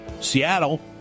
Seattle